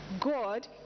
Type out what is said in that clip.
God